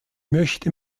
möchte